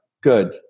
good